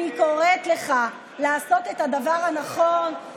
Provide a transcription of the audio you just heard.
אני קוראת לך לעשות את הדבר הנכון,